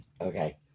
Okay